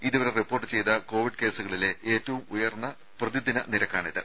ഇതുവരെ റിപ്പോർട്ട് ചെയ്ത കോവിഡ് കേസുകളിലെ ഏറ്റവും ഉയർന്ന പ്രതിദിന നിരക്കാണിത്